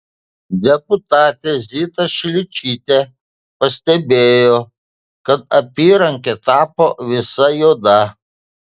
deputatė zita šličytė pastebėjo kad apyrankė tapo visa juoda